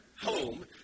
home